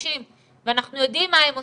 ומותשים ואנחנו יודעים מה הם עושים.